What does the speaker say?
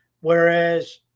whereas